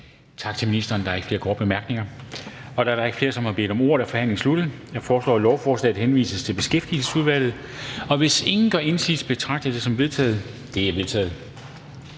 Tak til ministeren. Der er ikke flere korte bemærkninger. Da der ikke er flere, som har bedt om ordet, er forhandlingen sluttet. Jeg foreslår, at lovforslaget henvises til Beskæftigelsesudvalget. Hvis ingen gør indsigelse, betragter jeg det som vedtaget. Det er vedtaget.